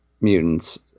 mutants